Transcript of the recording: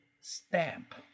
stamp